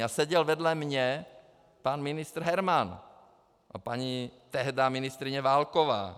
A seděl vedle mě pan ministr Herman a paní tehdá ministryně Válková.